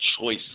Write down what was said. choice